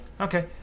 Okay